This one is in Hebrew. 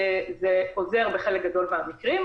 זה עוזר בחלק גדול מהמקרים.